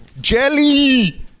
Jelly